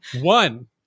One